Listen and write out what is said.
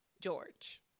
George